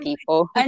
people